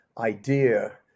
idea